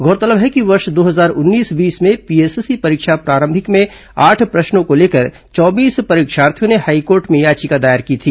गौरतलब है कि वर्ष दो हजार उन्नीस बीस में पीएसपी प्रारंभिक परीक्षा में आठ प्रश्नों को लेकर चौबीस परीक्षार्थियों ने हाईकोर्ट में याचिका दायर की थी